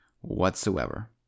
whatsoever